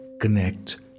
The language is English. connect